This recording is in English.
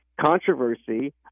controversy